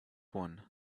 one